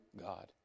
God